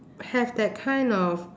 have that kind of